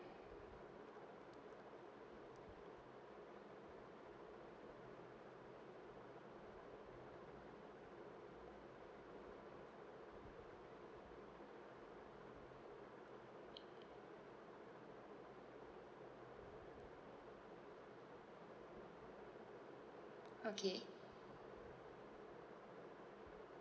okay